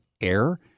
air